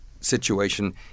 situation